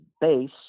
base